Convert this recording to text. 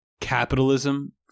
capitalism